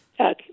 Okay